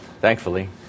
thankfully